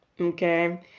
Okay